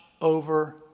over